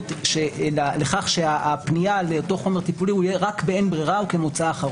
אבל מבחינתנו, זו המהות.